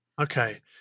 Okay